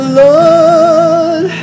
lord